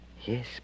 Yes